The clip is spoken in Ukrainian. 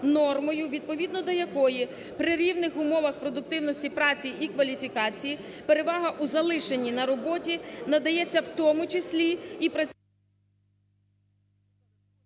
нормою, відповідно до якої при рівних умовах продуктивності праці і кваліфікації перевага у залишенні на роботі надається, у тому числі і… ГОЛОВУЮЧИЙ.